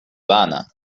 vana